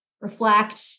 reflect